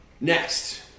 next